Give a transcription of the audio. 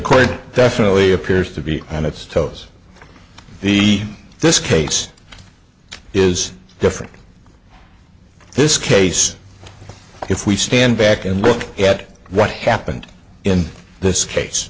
court definitely appears to be on its toes the this case is different this case if we stand back and look at what happened in this case